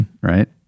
Right